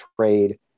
trade